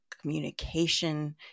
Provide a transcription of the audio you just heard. communication